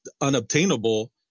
unobtainable